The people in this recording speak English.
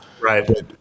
right